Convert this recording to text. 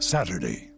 Saturday